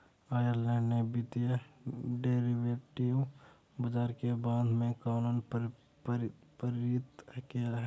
Ireland ने वित्तीय derivative बाजार के संबंध में कानून पारित किया है